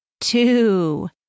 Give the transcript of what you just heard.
Two